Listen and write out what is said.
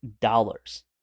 dollars